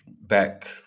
back